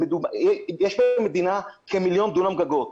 יש במדינה כמיליון דונם גגות.